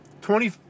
Twenty